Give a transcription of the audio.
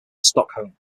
stockholm